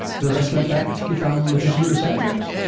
the rest went back to become legitimate researchers.